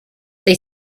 they